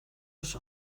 los